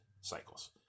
cycles